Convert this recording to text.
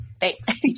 Thanks